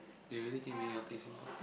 you really think being healthy is important